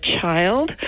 child